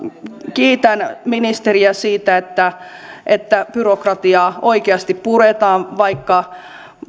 kiitän ministeriä siitä että että byrokratiaa oikeasti puretaan vaikka